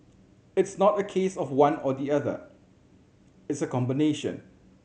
it's not a case of one or the other it's a combination